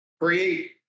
create